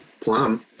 plum